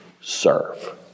serve